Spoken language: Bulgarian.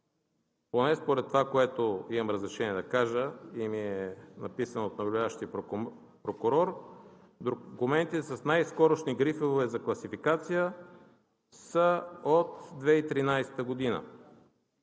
поне според това, което имам разрешение да кажа и ми е написано от наблюдаващия прокурор, документите с най-скорошни грифове за класификация са от 2013 г.